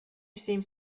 seems